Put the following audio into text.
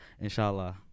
Inshallah